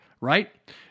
right